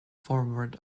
forward